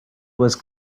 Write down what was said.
was